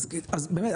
אז באמת,